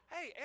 Hey